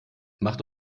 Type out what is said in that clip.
macht